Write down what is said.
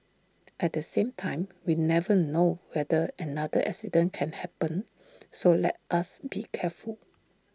at the same time we never know whether another accident can happen so let us be careful